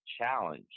Challenge